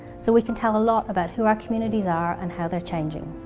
so we can tell a lot about who our communities are and how they're changing.